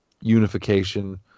unification